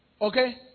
Okay